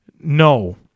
No